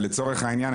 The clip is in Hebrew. ולצורך העניין,